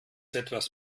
etwas